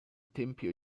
tempio